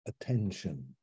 attention